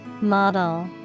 Model